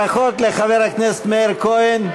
ברכות לחבר הכנסת מאיר כהן.